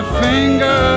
finger